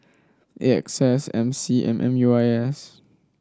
A X S M C and M U I S